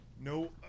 no